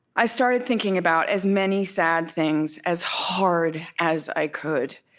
i started thinking about as many sad things, as hard as i could.